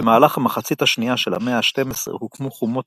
במהלך המחצית השנייה של המאה ה-12 הוקמו חומות